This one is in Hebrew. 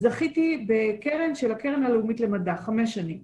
‫זכיתי בקרן של ‫הקרן הלאומית למדע חמש שנים.